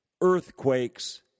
earthquakes